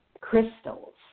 crystals